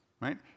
right